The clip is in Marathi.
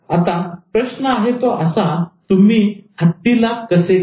आता प्रश्न आहे तो असा तुम्ही हत्तीला कसे खाणार